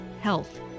health